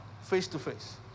face-to-face